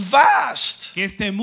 vast